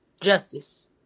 Justice